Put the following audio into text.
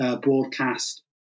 broadcast